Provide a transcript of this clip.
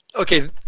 okay